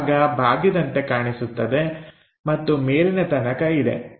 ಆ ಭಾಗ ಬಾಗಿದಂತೆ ಕಾಣಿಸುತ್ತದೆ ಮತ್ತು ಮೇಲಿನ ತನಕ ಇದೆ